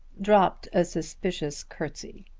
dropped a suspicious curtsey.